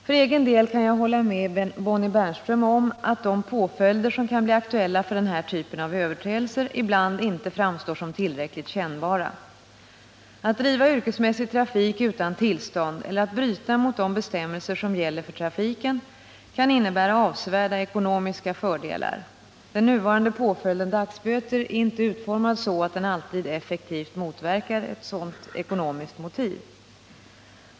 För egen del kan jag hålla med Bonnie Bernström om att de påföljder som kan bli aktuella för den här typen av överträdelser ibland inte framstår som tillräckligt kännbara. Att driva yrkesmässig trafik utan tillstånd eller att bryta mot de bestämmelser som gäller för trafiken kan innebära avsevärda ekonomiska fördelar. Den nuvarande påföljden dagsböter är inte utformad så att den alltid effektivt motverkar ett sådant ekonomiskt motiv.